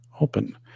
open